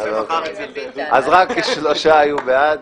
הצבעה בעד,